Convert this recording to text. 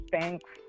thanks